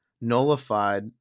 nullified